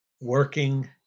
working